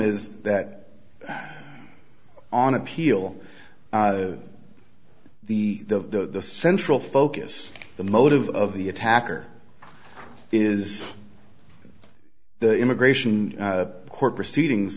is that on appeal the the central focus the motive of the attacker is the immigration court proceedings